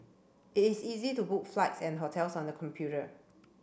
it is easy to book flights and hotels on the computer